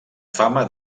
fama